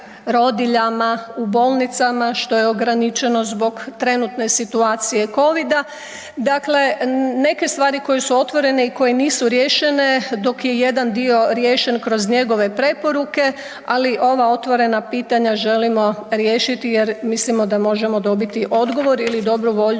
u bolnicama što je ograničeno zbog trenutne situacije covida. Dakle, neke stvari koje su otvorene i koje nisu riješene dok je jedan dio riješen kroz njegove preporuke, ali ova otvorena pitanja želimo riješiti jer mislimo da možemo dobiti odgovor ili dobru volju